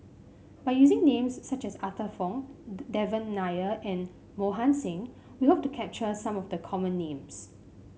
by using names such as Arthur Fong Devan Nair and Mohan Singh we hope to capture some of the common names